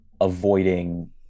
avoiding